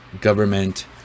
government